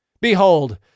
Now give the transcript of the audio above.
Behold